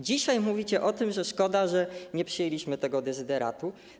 Dzisiaj mówicie o tym, że szkoda, że nie przyjęliśmy tego dezyderatu.